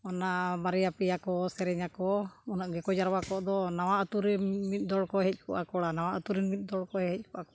ᱚᱱᱟ ᱵᱟᱨᱭᱟ ᱯᱮᱭᱟ ᱠᱚ ᱥᱮᱨᱮᱧᱟᱠᱚ ᱩᱱᱟᱹᱜ ᱜᱮᱠᱚ ᱡᱟᱨᱣᱟ ᱠᱚᱜ ᱫᱚ ᱱᱟᱣᱟ ᱟᱛᱳ ᱨᱮᱱ ᱢᱤᱫ ᱫᱚᱞ ᱠᱚ ᱦᱮᱡ ᱠᱚᱜᱼᱟ ᱠᱚᱲᱟ ᱱᱟᱣᱟ ᱟᱛᱳ ᱨᱮᱱ ᱢᱤᱫ ᱫᱚᱞ ᱦᱮᱡ ᱠᱚᱜᱼᱟ ᱠᱚ